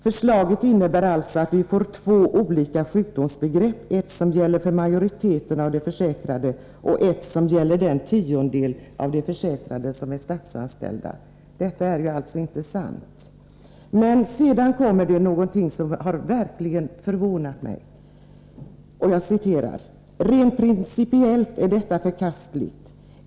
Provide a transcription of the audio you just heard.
Förslaget innebär alltså att vi får två olika sjukdomsbegrepp; ett som gäller för majoriteten av de försäkrade och ett som gäller den tiondel av de försäkrade som är statsanställda.” Detta är inte sant. Och sedan kommer det någonting som verkligen har förvånat mig: ”Rent principiellt är detta förkastligt.